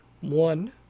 one